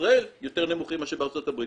בישראל יותר נמוכים מאשר בארצות הברית.